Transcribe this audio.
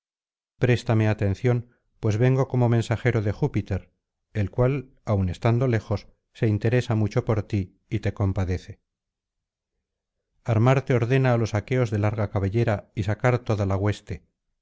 préstame atención pues vengo como mensajero de júpiter el cual aun estando lejos se interesa mucho por ti y te compadece armar te ordena á los aqueos de larga cabellera y sacar toda la hueste